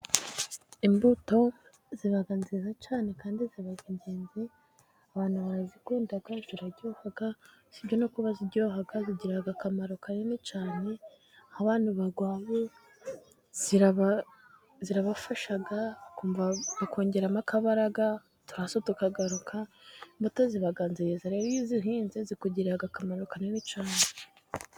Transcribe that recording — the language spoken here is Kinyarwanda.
Imbuto ziba nziza cyane kandi ziba ingenzi, abantu barazikunda ziraryoha, usibye no kuba ziryoha zigira akamaro kanini cyane nk'abantu barwaye, zirabafasha bakongera akabaraga uturaso tukagaruka, imbuto ziba nziza rero iyo uzihinze zikugirira akamaro kanini cyane.